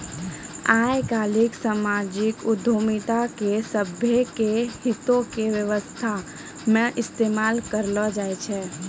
आइ काल्हि समाजिक उद्यमिता के सभ्भे के हितो के व्यवस्था मे इस्तेमाल करलो जाय छै